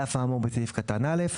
על אף האמור בסעיף קטן (א),